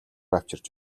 авчирч